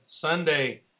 Sunday